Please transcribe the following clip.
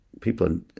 people